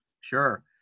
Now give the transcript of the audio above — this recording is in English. Sure